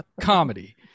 comedy